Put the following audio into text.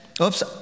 oops